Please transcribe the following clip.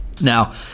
Now